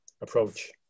approach